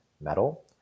Metal